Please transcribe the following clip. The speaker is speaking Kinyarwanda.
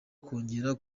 kongera